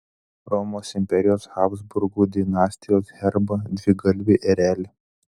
romos imperijos habsburgų dinastijos herbą dvigalvį erelį